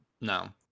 No